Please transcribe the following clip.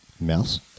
Mouse